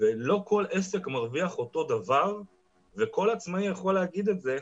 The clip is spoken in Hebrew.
לא כל עסק מרוויח אותו דבר וכל עצמאי יכול להגיד את זה,